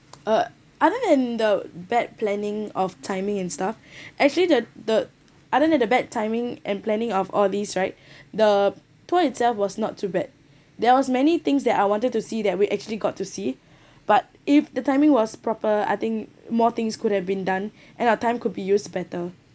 uh other than the bad planning of timing and stuff actually the the other than the bad timing and planning of all of these right the tour itself was not too bad there was many things that I wanted to see that we actually got to see but if the timing was proper I think more things could have been done and our time could be used better